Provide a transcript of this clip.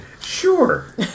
sure